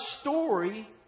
story